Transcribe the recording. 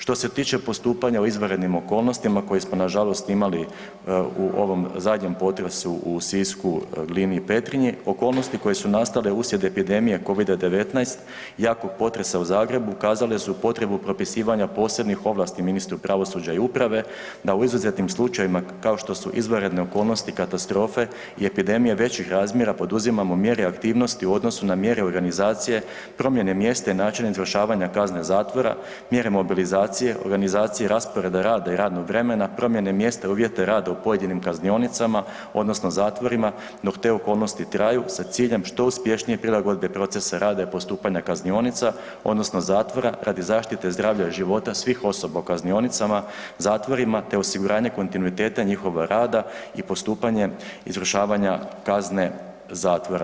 Što se tiče postupanja u izvanrednim okolnostima koje smo na žalost imali u ovom zadnjem potresu u Sisku, Glini i Petrinji okolnosti koje su nastale uslijed epidemije COVID-19, jakog potresa u Zagrebu kazale su potrebu propisivanja posebnih ovlasti ministru pravosuđa i uprave da u izuzetnim slučajevima kao što su izvanredne okolnosti katastrofe i epidemije većih razmjera poduzimamo mjere i aktivnosti u odnosu na mjere organizacije, promjene mjesta i načina izvršavanja kazne zatvora, mjere mobilizacije, organizacije rasporeda rada i radnog vremena, promjene mjesta i uvjete rada u pojedinim kaznionicama odnosno zatvorima dok te okolnosti traju sa ciljem što uspješnije prilagodbe procesa rada i postupanja kaznionica odnosno zatvora radi zaštite zdravlja života svih osoba u kaznionicama, zatvorima te osiguranja kontinuiteta njihovog rada i postupanje izvršavanja kazne zatvora.